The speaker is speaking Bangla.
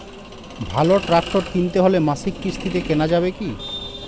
ভালো ট্রাক্টর কিনতে হলে মাসিক কিস্তিতে কেনা যাবে কি?